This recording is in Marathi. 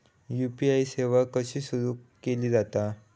यू.पी.आय सेवा कशी सुरू केली जाता?